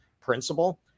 principle